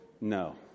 No